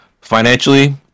financially